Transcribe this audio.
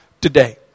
today